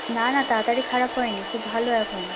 না না তাড়াতাড়ি খারাপ হয়নি খুব ভালো এখন